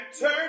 turn